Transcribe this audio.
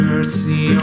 Mercy